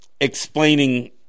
explaining